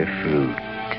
fruit